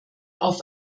auf